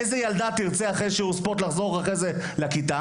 איזו ילדה תרצה אחרי שיעור ספורט לחזור אחרי זה לכיתה?